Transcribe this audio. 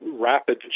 rapid